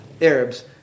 Arabs